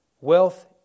wealth